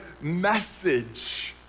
message